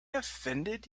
offended